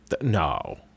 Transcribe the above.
No